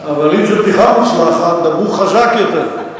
אם זו בדיחה מוצלחת, דברו חזק יותר.